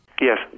Yes